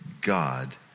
God